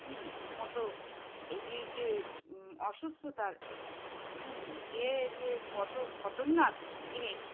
হুম মতো এই যে যে অসুস্থতার হুম এ যে কত খতরনাক জিনিস